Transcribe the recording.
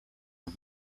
are